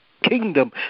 kingdom